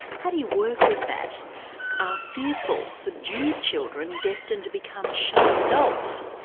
how do you work with that? are fearful, subdued children destined to become shy adults?